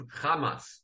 Hamas